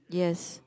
yes